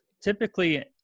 typically